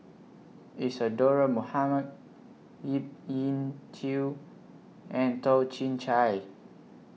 Isadhora Mohamed Yip Yin Xiu and Toh Chin Chye